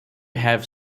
have